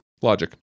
logic